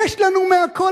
יש לנו מהכול,